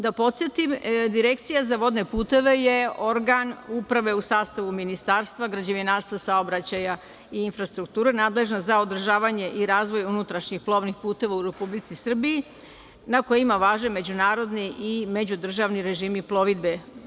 Da podsetim, Direkcija za vodne puteve je organ uprave u sastavu Ministarstva građevinarstva, saobraćaja i infrastrukture, nadležna za održavanje i razvoj unutrašnjih plovnih puteva u Republici Srbiji, na kojima važe međunarodni i međudržavni režimi plovidbe.